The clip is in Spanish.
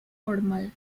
formal